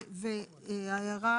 וההערה,